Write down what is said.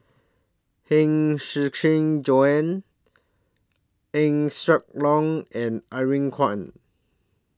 Huang Shiqi Joan Eng Siak Loy and Irene Khong